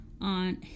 on